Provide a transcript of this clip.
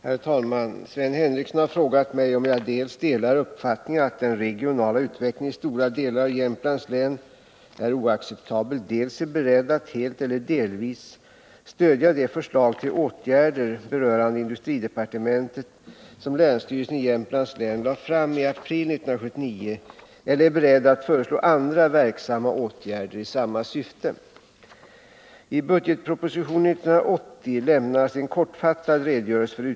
Herr talman! Sven Henricsson har frågat mig om jag dels delar uppfattningen att den regionala utvecklingen i stora delar av Jämtlands län är oacceptabel, dels är beredd att helt eller delvis stödja de förslag till åtgärder berörande industridepartementet som länsstyrelsen i Jämtlands län lade fram i april 1979 eller är beredd att föreslå andra verksamma åtgärder i samma syfte.